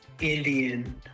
Indian